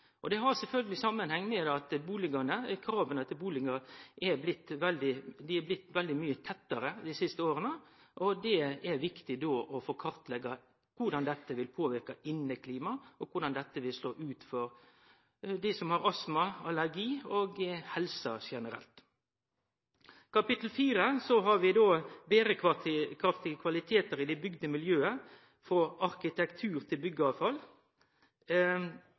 Det har sjølvsagt samanheng med at krava til bustadene er blitt veldig mykje tettare dei siste åra, og det er viktig å kartleggje korleis dette vil påverke inneklima, og korleis dette vil slå ut for dei som har astma og allergi, og for helsa generelt. I kapittel 4 har vi berekraftige kvalitetar i det bygde miljøet – frå arkitektur til byggavfall.